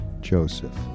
joseph